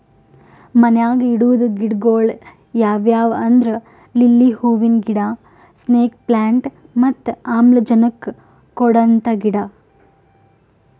ಮನ್ಯಾಗ್ ಇಡದ್ ಗಿಡಗೊಳ್ ಯಾವ್ಯಾವ್ ಅಂದ್ರ ಲಿಲ್ಲಿ ಹೂವಿನ ಗಿಡ, ಸ್ನೇಕ್ ಪ್ಲಾಂಟ್ ಮತ್ತ್ ಆಮ್ಲಜನಕ್ ಕೊಡಂತ ಗಿಡ